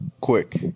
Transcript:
quick